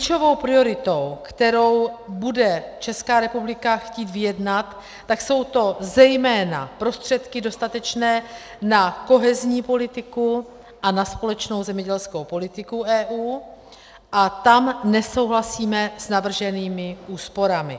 Klíčovou prioritou, kterou bude Česká republika chtít vyjednat, tak jsou to zejména prostředky dostatečné na kohezní politiku a na společnou zemědělskou politiku EU a tam nesouhlasíme s navrženými úsporami.